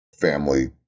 family